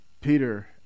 Peter